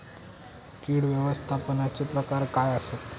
कीड व्यवस्थापनाचे प्रकार काय आसत?